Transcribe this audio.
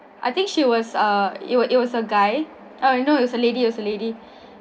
I think she was uh it was it was a guy ah no it's a lady it's a lady